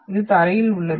இது தரையில் உள்ளது